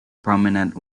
prominent